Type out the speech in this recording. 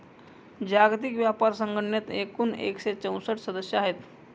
जागतिक व्यापार संघटनेत एकूण एकशे चौसष्ट सदस्य आहेत